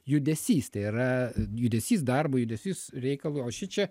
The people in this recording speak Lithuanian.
judesys tai yra judesys darbo judesys reikalo o šičia